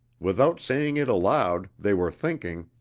without saying it aloud they were thinking